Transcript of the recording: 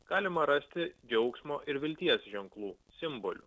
galima rasti džiaugsmo ir vilties ženklų simbolių